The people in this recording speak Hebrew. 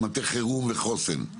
מטה חירום וחוסן,